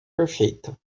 perfeita